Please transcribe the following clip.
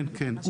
אתה